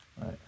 Right